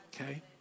Okay